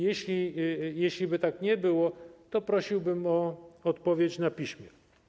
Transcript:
Jeśliby tak nie było, to prosiłbym o odpowiedź na piśmie.